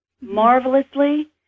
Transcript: marvelously